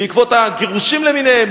בעקבות הגירושים למיניהם,